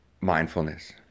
mindfulness